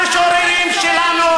זה המשוררים שלכם,